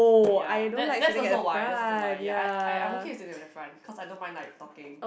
ya that that's also why that's also why ya I I'm okay with sitting at the front cause I don't mind like talking